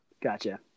gotcha